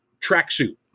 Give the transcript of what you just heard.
tracksuit